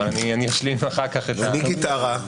אני גיטרה,